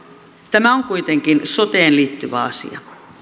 tämä on kuitenkin soteen liittyvä asia